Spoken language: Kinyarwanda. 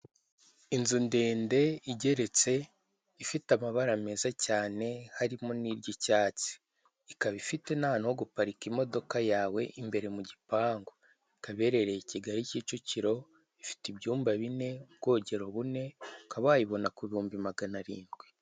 Inzu ndende igeretse ifite amabara meza cyane harimo n'iry'icyatsi ikaba ifite nahantu ho guparika imodoka yawe imbere mu gipangu, ikaba ihereye i Kigali Kicukiro ifite ibyumba bine, ubwogero bune uka wayibona ku bihumbi magana arindwi.